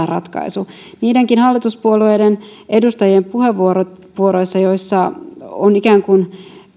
ratkaisu niidenkin hallituspuolueiden edustajien puheenvuoroissa joissa on ikään kuin